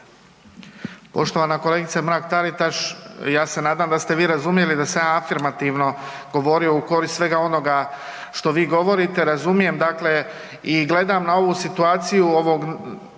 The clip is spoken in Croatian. Poštovan kolegice Mrak Taritaš ja se nadam da ste vi razumjeli da sam ja afirmativno govorio u korist svega onoga što vi govorite, razumijem dakle i gledam na ovu situaciju ovog